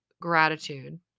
gratitude